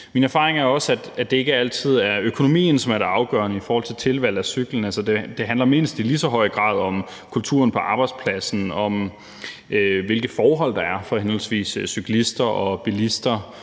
Min erfaring er også, at det ikke altid er økonomien, som er det afgørende i forhold til tilvalg af cyklen. Det handler i mindst lige så høj grad om kulturen på arbejdspladsen og om, hvilke forhold der er for henholdsvis cyklister og bilister,